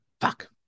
Fuck